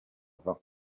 vin